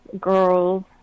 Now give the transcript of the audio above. girls